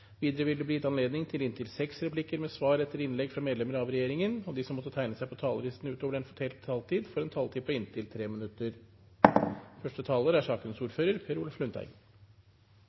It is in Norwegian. Videre vil det bli gitt anledning til inntil seks replikker med svar etter innlegg fra medlemmer av regjeringen. De som måtte tegne seg på talerlisten utover den fordelte taletid, får en taletid på inntil 3 minutter.